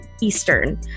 Eastern